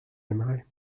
aimerait